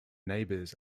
neighbours